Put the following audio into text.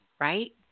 Right